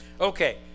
Okay